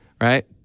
right